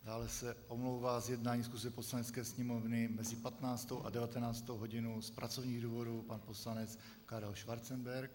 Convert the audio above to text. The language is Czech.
Dále se omlouvá z jednání schůze Poslanecké sněmovny mezi 15. a 19. hodinou z pracovních důvodů pan poslanec Karel Schwarzenberg.